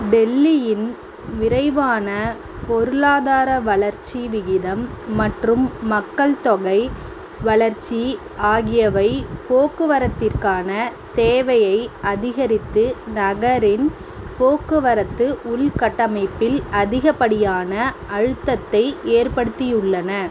டெல்லியின் விரைவான பொருளாதார வளர்ச்சி விகிதம் மற்றும் மக்கள்தொகை வளர்ச்சி ஆகியவை போக்குவரத்திற்கான தேவையை அதிகரித்து நகரின் போக்குவரத்து உள்கட்டமைப்பில் அதிகப்படியான அழுத்தத்தை ஏற்படுத்தியுள்ளன